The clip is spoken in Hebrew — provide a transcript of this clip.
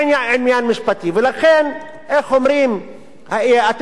אתם יכולים להיות שמחים בחלקכם,